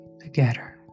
together